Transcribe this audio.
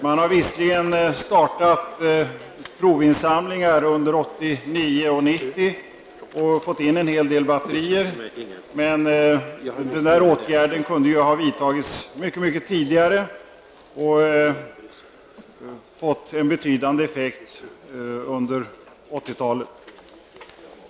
Man har visserligen startat provinsamlingar under 1989 och 1990 och fått in en hel del batterier, men denna åtgärd hade kunnat vidtas mycket tidigare och fått en betydande effekt under 80-talet.